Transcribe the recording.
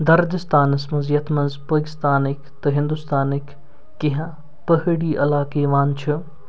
دردِستانَس منٛز یَتھ منٛز پٲکِستانٕکۍ تہٕ ہُنٛدوستانٕکۍ کیٚنٛہہ پہٲڑی علاقہٕ یِوان چھِ